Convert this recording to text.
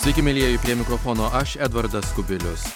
sveiki mielieji prie mikrofono aš edvardas kubilius